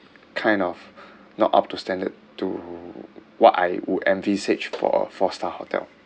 kind of not up to standard to what I would envisage for a four star hotel